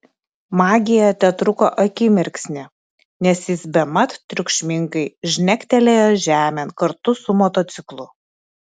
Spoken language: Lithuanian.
magija tetruko akimirksnį nes jis bemat triukšmingai žnektelėjo žemėn kartu su motociklu